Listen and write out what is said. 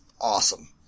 awesome